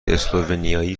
اسلوونیایی